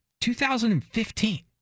2015